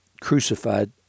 crucified